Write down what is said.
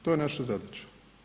To je naša zadaća.